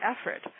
effort